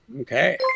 Okay